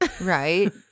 right